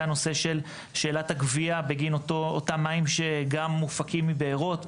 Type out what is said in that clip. הנושא של שאלת הגבייה בגין אותם מים שגם מופקים מבארות,